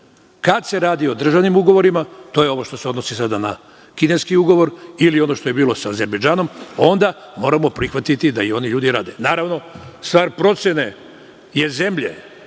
Kada se radi o državnim ugovorima, to je ovo što se odnosi sada na kineski ugovor ili ono što je bilo sa Azerbejdžanom, onda moramo prihvatiti da i oni ljudi rade. Naravno, stvar procene je zemlje